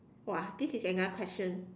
!wah! this is another question